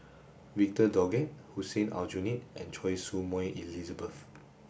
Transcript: Victor Doggett Hussein Aljunied and Choy Su Moi Elizabeth